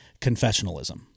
confessionalism